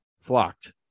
flocked